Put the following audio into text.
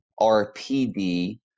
RPD